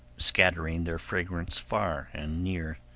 scattering their fragrance far and near.